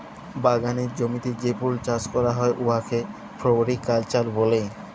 বাগালের জমিতে যে ফুল চাষ ক্যরা হ্যয় উয়াকে ফোলোরিকাল্চার ব্যলে